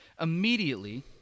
immediately